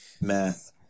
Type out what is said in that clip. math